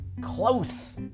close